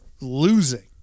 losing